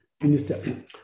Minister